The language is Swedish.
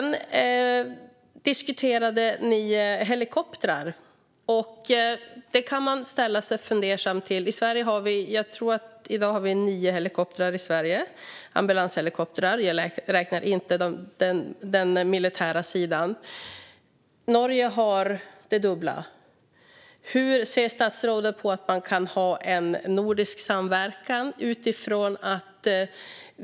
Ni diskuterade helikoptrar. Det kan man ställa sig fundersam till. Jag tror att vi har nio ambulanshelikoptrar i Sverige i dag. Jag räknar inte den militära sidan. Norge har det dubbla. Hur ser statsrådet på att ha en nordisk samverkan?